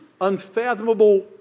unfathomable